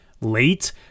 late